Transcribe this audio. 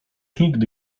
nigdy